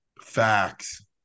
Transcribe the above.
facts